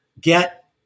get